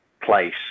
place